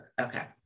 Okay